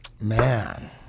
Man